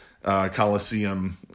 Coliseum